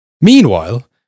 meanwhile